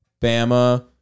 bama